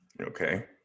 Okay